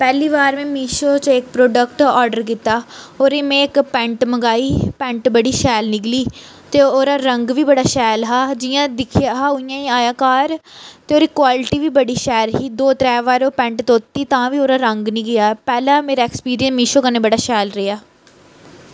पैह्ली बार में मिशो च इक प्रोडक्ट आडर कीता होर में इक पैंट मंगवाई पैंट बड़ी शैल निकली ते ओह्दा रंग बी बड़ा शैल हा जियां दिक्खियै हा उ'यां आया घर ओह्दी क्वालटी बी बड़ी शैल ही दो त्रै बारी ओह् पैंट धोती तां बी ओह्दा रंग नी गेआ पैह्लें मेरा ऐक्सपिरिंस मिशो कन्नै बड़ा शैल रेहा